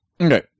Okay